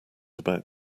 about